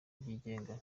byigenga